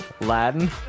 Latin